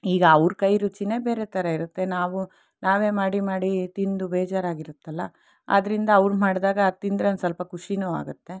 ಈಗ ಅವರ ಕೈ ರುಚಿಯೇ ಬೇರೆ ಥರ ಇರುತ್ತೆ ನಾವು ನಾವೇ ಮಾಡಿ ಮಾಡಿ ತಿಂದು ಬೇಜಾರಾಗಿರುತ್ತಲ್ಲ ಆದ್ದರಿಂದ ಅವರು ಮಾಡಿದಾಗ ಅದು ತಿಂದರೆ ಒಂದು ಸ್ವಲ್ಪ ಖುಷಿಯೂ ಆಗುತ್ತೆ